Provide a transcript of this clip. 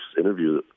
interview